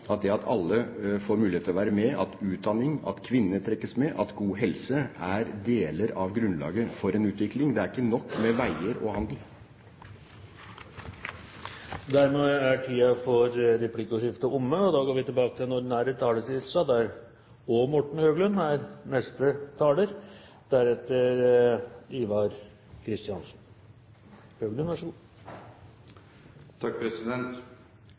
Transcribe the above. at det at alle får mulighet til å være med, at utdanning, at det at kvinner trekkes med, og at god helse er deler av grunnlaget for en utviking. Det er ikke nok med veier og handel. Replikkordskiftet er dermed omme. Fremskrittspartiet mener det er viktig å utfordre norsk utenriks-, forsvars- og